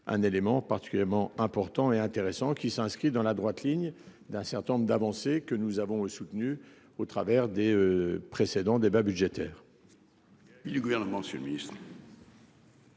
un élément particulièrement important et intéressant, qui s'inscrit dans la droite ligne d'un certain nombre d'avancées que nous avons soutenu au travers des précédents débats budgétaires.